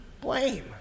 Blame